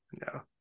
No